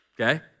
okay